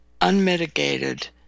unmitigated